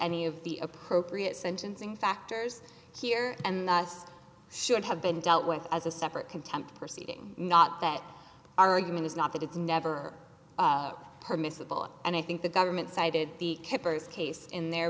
any of the appropriate sentencing factors here and us should have been dealt with as a separate contempt proceeding not that argument is not that it's never heard miscible and i think the government cited the kippers case in their